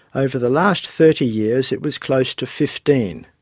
over the last thirty years it was close to fifteen.